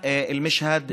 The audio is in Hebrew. לצערי,